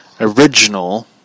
original